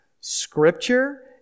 Scripture